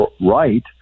right